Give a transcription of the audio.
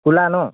ক'লা ন